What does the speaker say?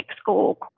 school